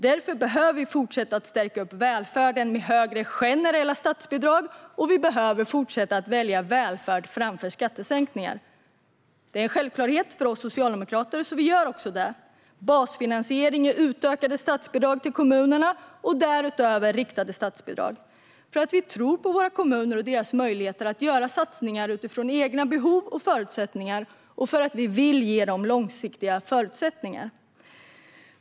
Därför behöver vi fortsätta att stärka välfärden med högre generella statsbidrag, och vi behöver fortsätta att välja välfärd framför skattesänkningar. Det är en självklarhet för oss socialdemokrater - så vi gör också så. Det är fråga om basfinansiering i utökade statsbidrag till kommunerna och därutöver riktade statsbidrag. Vi tror på våra kommuner och deras möjligheter att göra satsningar utifrån egna behov och förutsättningar och för att vi vill ge dem långsiktiga förutsättningar.